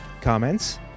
Comments